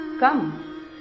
Come